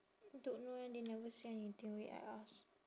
don't know eh they never say anything wait I ask